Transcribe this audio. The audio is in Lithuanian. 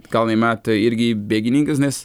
kaunui metai irgi bėgininkas nes